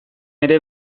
ere